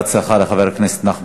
הצעת ועדת הכנסת בדבר פיצול הצעת חוק